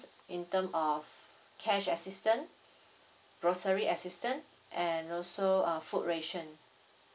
in term of cash assistant grocery assistant and also uh food ration